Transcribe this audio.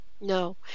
No